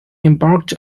embarked